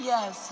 Yes